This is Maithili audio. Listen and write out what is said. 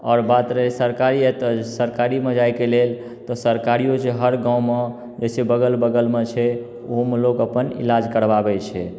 आओर बात रहै सरकारी एतऽ सरकारीमे जाइके लेल तऽ सरकारिओ जे हर गाँवमे ओहिसँ बगल बगल मे छै ओहोमे लोक अपन इलाज करबाबै छै